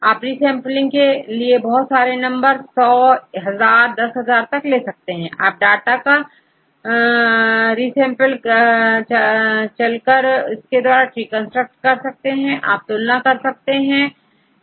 आप रीसैंपलिंग के बहुत सारे नंबर 100 1000 10000 तक ले सकते हैं आप डाटा का resample चलकर इसके द्वारा ट्री कंस्ट्रक्ट कर सकते हैं आप तुलना कर सकते हैं